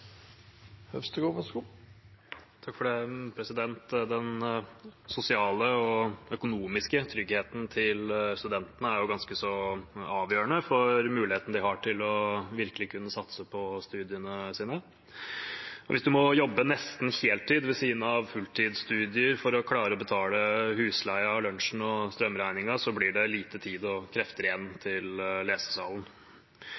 ganske så avgjørende for muligheten de har til virkelig å kunne satse på studiene sine. Hvis man må jobbe nesten heltid ved siden av fulltidsstudier for å klare å betale husleia, lunsjen og strømregningen, blir det lite tid og krefter igjen